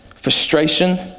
frustration